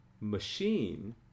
machine